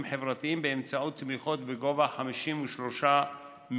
חברתיים באמצעות תמיכות בגובה 53 מיליון.